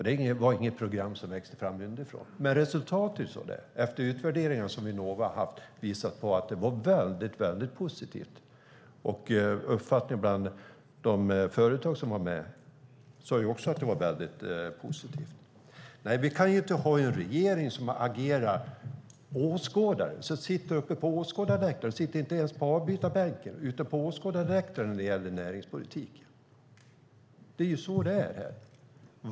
Det var inget program som växte fram underifrån, men utvärderingar som Vinnova gjort visar att det var väldigt positivt. De företag som var med sade också att det var väldigt positivt. Vi kan inte ha en regering som agerar åskådare från läktaren. Man sitter inte ens på avbytarbänken utan på åskådarläktaren när det gäller näringspolitik. Det är så det är.